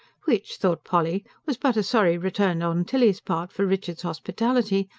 which, thought polly, was but a sorry return on tilly's part for richard's hospitality.